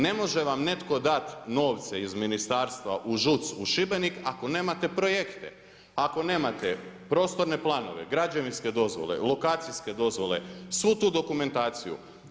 Ne može vam netko dati novce iz ministarstva u ŽUC u Šibenik ako nemate projekte, ako nemate prostorne planove, građevinske dozvole, lokacijske dozvole, svu tu dokumentaciju.